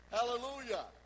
Hallelujah